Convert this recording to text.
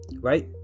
Right